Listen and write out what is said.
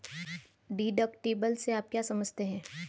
Deductible से आप क्या समझते हैं?